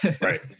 Right